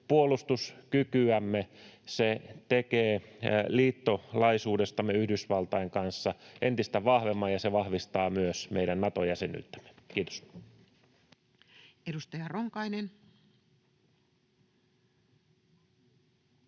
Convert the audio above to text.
puolustuskykyämme. Se tekee liittolaisuudestamme Yhdysvaltain kanssa entistä vahvemman, ja se vahvistaa myös meidän Nato-jäsenyyttämme. — Kiitos. [Speech